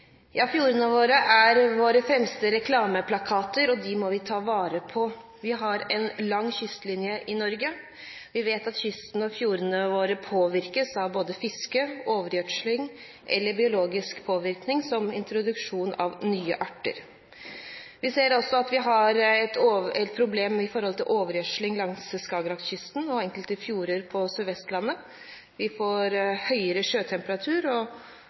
Fjordene våre er våre fremste reklameplakater, og dem må vi ta vare på. Vi har en lang kystlinje i Norge. Vi vet at kysten og fjordene våre påvirkes av fiske, overgjødsling eller biologisk endring, som introduksjon av nye arter. Vi ser også at vi har et problem med overgjødsling langs Skagerrakkysten og i enkelte fjorder på Sørvestlandet. Vi får høyere sjøtemperatur, og